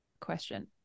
question